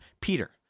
Peter